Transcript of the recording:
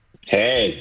Hey